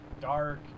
dark